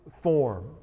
form